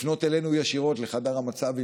לפנות אלינו ישירות לחדר המצב,